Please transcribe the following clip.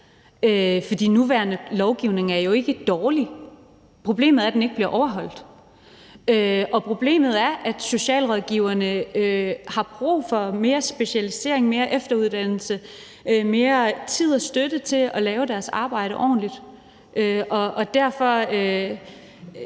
nuværende lovgivning er jo ikke dårlig. Problemet er, at den ikke bliver overholdt. Og problemet er, at socialrådgiverne har brug for mere specialisering, mere efteruddannelse og mere tid og støtte til at gøre deres arbejde ordentligt.